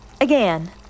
Again